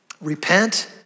Repent